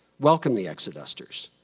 welcomed the exodusters.